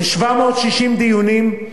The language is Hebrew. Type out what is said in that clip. ב-760 דיונים,